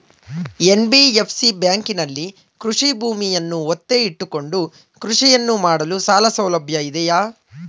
NBFC ಬ್ಯಾಂಕಿನಲ್ಲಿ ಕೃಷಿ ಭೂಮಿಯನ್ನು ಒತ್ತೆ ಇಟ್ಟುಕೊಂಡು ಕೃಷಿಯನ್ನು ಮಾಡಲು ಸಾಲಸೌಲಭ್ಯ ಇದೆಯಾ?